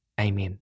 amen